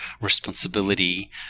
responsibility